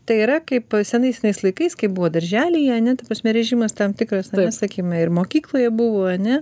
tai yra kaip senais senais laikais kai buvo darželyje ane ta prasme režimas tam tikras ane sakykim ir mokykloje buvo ane